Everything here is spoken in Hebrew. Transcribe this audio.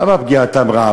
למה פגיעתם רעה?